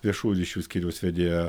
viešųjų ryšių skyriaus vedėja